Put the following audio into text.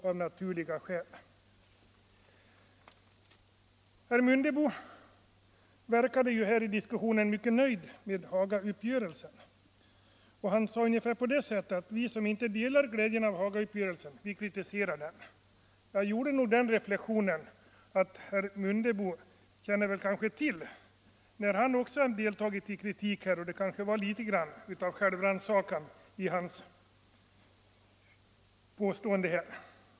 Herr Mundebo verkade här att vara mycket nöjd med Hagauppgörelsen och att vi som inte delar glädjen över Hagauppgörelsen kritiserar den. Jag gjorde den reflexionen, att herr Mundebo känner till att han själv har anfört kritik och att det kanske var något av självrannsakan i hans påstående.